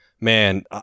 man